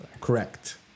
Correct